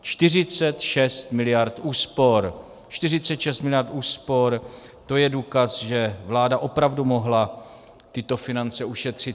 Čtyřicet šest miliard úspor 46 miliard úspor, to je důkaz, že vláda opravdu mohla tyto finance ušetřit.